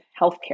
healthcare